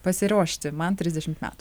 pasiruošti man trisdešimt metų